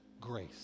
grace